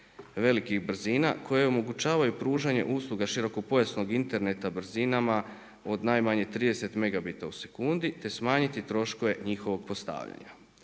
velikih brzina koje omogućavaju pružanje usluga širokopojasnog interneta brzinama od najmanje 30 megabita u sekundi, te smanjiti troškove njihovog postavljanja.